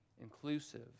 inclusive